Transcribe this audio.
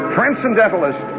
Transcendentalist